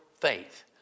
faith